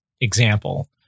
example